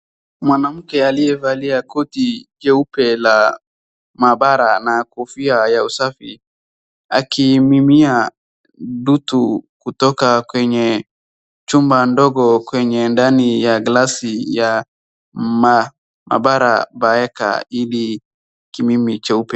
Mwanamke aliyevalia koti jeupe la mabara na kofia ya usafi .Akiimimia dutu kutoka kwenye chupa ndogo kwenye ndani glasi ya mabara baeka ili kimimi cheupe.